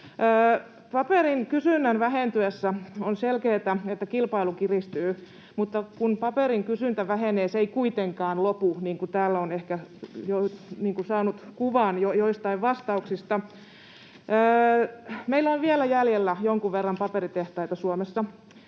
Paperin kysynnän vähentyessä on selkeätä, että kilpailu kiristyy, mutta kun paperin kysyntä vähenee, se ei kuitenkaan lopu, niin kuin täällä on ehkä jo saanut kuvan joistain vastauksista. Meillä on vielä jäljellä jonkun verran paperitehtaita Suomessa,